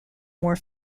more